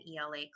ELA